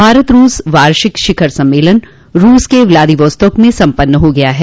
भारत रूस वार्षिक शिखर सम्मेलन रूस के व्लादिवोस्तोक में सम्पन्न हो गया है